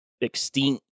extinct